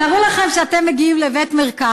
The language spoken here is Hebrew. תארו לכם שאתם מגיעים לבית-מרקחת,